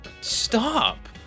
Stop